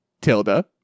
Tilda